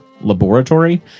laboratory